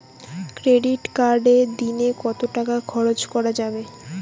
Credit কার্ডে দিনে কত টাকা খরচ করা যাবে?